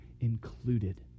included